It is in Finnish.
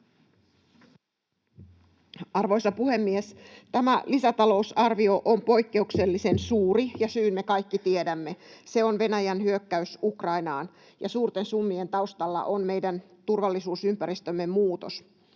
Arvoisa puhemies! Tämä lisätalousarvio on poikkeuksellisen suuri, ja syyn me kaikki tiedämme: se on Venäjän hyökkäys Ukrainaan, ja suurten summien taustalla on meidän turvallisuusympäristömme muutos.